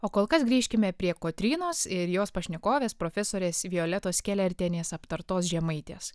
o kol kas grįžkime prie kotrynos ir jos pašnekovės profesorės violetos kelertienės aptartos žemaitės